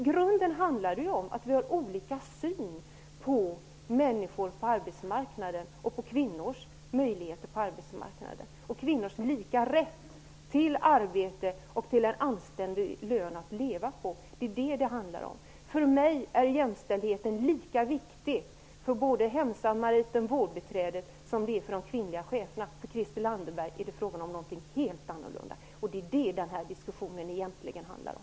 I grunden handlar det om att vi har olika synsätt på människor på arbetsmarknaden och på kvinnors möjligheter där. Vi har olika synsätt på kvinnors lika rätt till arbete och till en anständig lön att leva på. För mig är jämställdheten lika viktig både för hemsamariten och vårdbiträdet som för de kvinnliga cheferna. För Christel Anderberg är det fråga om något helt annat. Det är det som denna diskussion egentligen handlar om.